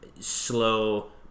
slow